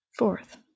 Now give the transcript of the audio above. Fourth